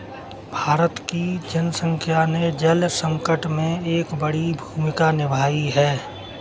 भारत की जनसंख्या ने जल संकट में एक बड़ी भूमिका निभाई है